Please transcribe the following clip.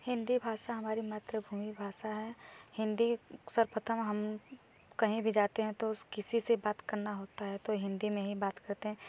हिंदी भाषा हमारी मातृ भूमि भाषा है हिंदी सर्वप्रथम हम कहीं भी जाते है तो किसी भी बात करना होता है तो हिंदी में ही बात करते हैं